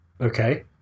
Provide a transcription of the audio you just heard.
Okay